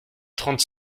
trente